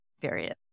period